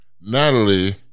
Natalie